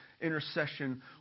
intercession